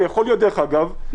ויכול להיות דרך אגב,